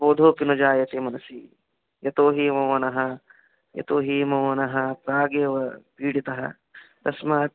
बोधोऽपि न जायते मनसि यतो हि मम मनः यतो हि मम मनः प्रागेव पीडितं तस्मात्